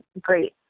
great